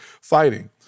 fighting